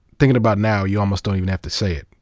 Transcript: thinking about now, you almost don't even have to say it,